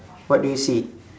what do you see